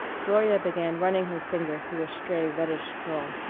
gloria began running her finger through a stray red-dish curl.